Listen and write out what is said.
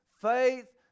faith